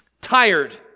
Tired